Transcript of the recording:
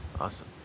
Awesome